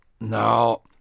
Now